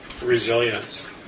resilience